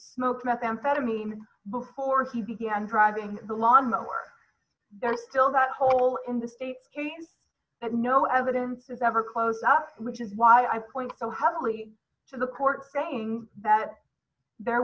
smoked methamphetamine before he began driving the lawnmower there's still that hole in the states that no evidence is ever close up which is why i point so heavily to the court saying that there